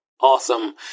Awesome